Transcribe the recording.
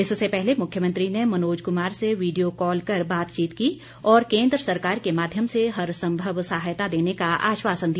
इससे पहले मुख्यमंत्री ने मनोज कुमार से वीडियो कॉल कर बातचीत की और केन्द्र सरकार के माध्यम से हर संवभ सहायता देने का आश्वासन दिया